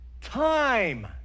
Time